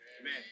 Amen